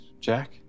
Jack